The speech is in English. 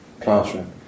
classroom